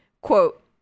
quote